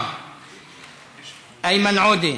איימן עודה,